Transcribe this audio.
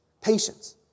Patience